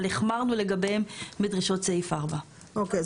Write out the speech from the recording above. אבל החמרנו לגביהם בדרישות סעיף 4. אוקיי.